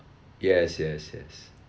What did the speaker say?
yes yes yes